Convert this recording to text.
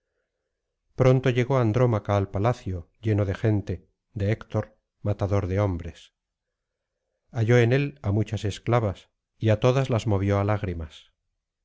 pronto llegó andrómaca al palacio lleno de gente de héctor matador de hombres halló en él á muchas esclavas y á todas las movió á lágrimas